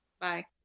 bye